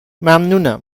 ممنونم